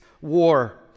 war